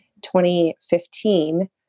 2015